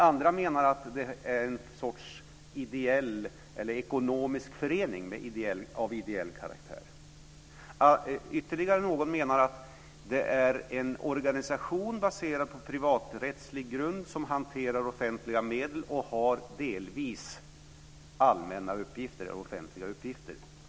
Andra menar att de är en sorts ekonomisk förening av ideell karaktär. Ytterligare någon menar att de är en organisation baserad på privaträttslig grund som hanterar offentliga medel och som delvis har offentliga uppgifter.